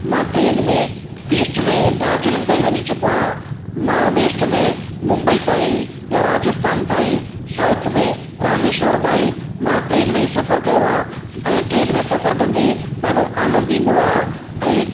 मां ट्रेन में इस्ट में दार्जिलिंग ताईं वञी चुको आहियां मां वेस्ट में मुंबई ताईं ऐं राजस्थान ताईं साउथ में रामेश्वर ताईं मां ट्रेन में ई सफ़र कयो आहे ऐं ट्रेन में सफ़र कंदे बाक़ी एॾो आनंद ईंदो आहे ऐं